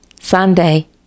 Sunday